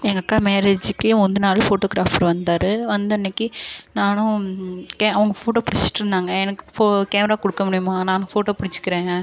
எங்கள் அக்கா மேரேஜுக்கு முந்தநாள் ஃபோட்டோக்ராஃபர் வந்தார் வந்த அன்றைக்கி நானும் கே அவங்க ஃபோட்டோ புடிச்சிட்ருந்தாங்க எனக்கு ஃபோ கேமரா கொடுக்க முடியுமா நான் ஃபோட்டோ பிடிச்சிக்கிறேன்